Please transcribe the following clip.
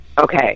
Okay